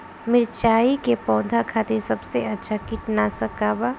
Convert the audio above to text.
मिरचाई के पौधा खातिर सबसे अच्छा कीटनाशक का बा?